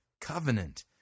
covenant